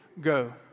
go